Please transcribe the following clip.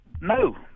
No